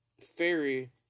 fairy